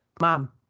Mom